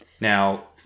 Now